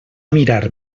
mirar